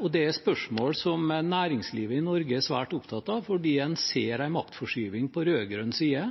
og det er spørsmål som næringslivet i Norge er svært opptatt av fordi en ser en maktforskyving på rød-grønn side